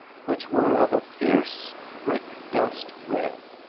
which were of a fierce brick-dust red.